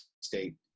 State